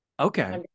okay